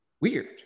weird